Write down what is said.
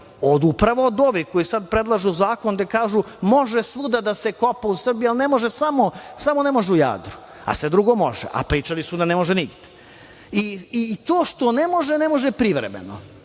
upravo od ovih koji sada predlažu zakon gde kažu – može svuda da se kopa u Srbiji, ali ne može samo u Jadru, a sve drugo može, a pričali su da ne može nigde. I to što ne može, ne može privremeno.